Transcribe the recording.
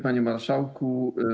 Panie Marszałku!